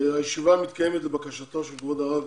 הישיבה מתקיימת לבקשתו של כבוד הרב